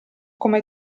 come